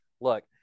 look